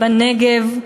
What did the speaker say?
בנגב,